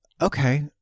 okay